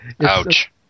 Ouch